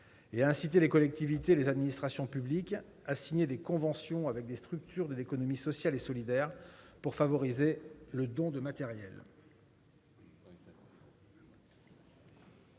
et à inciter les collectivités et les administrations publiques à signer des conventions avec des structures de l'économie sociale et solidaire pour favoriser le don de matériels.